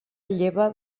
lleva